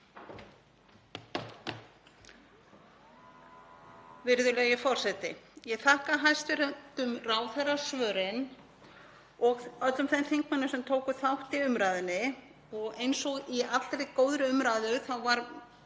Virðulegi forseti. Ég þakka hæstv. ráðherra svörin og öllum þeim þingmönnum sem tóku þátt í umræðunni. Eins og í allri góðri umræðu var